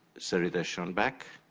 sarita schoenebeck,